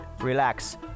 relax